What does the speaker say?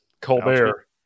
Colbert